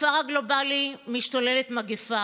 בכפר הגלובלי משתוללת מגפה,